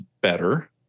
better